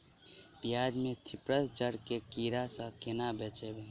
प्याज मे थ्रिप्स जड़ केँ कीड़ा सँ केना बचेबै?